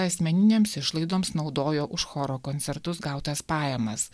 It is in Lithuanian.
asmeninėms išlaidoms naudojo už choro koncertus gautas pajamas